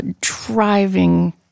driving